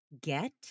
get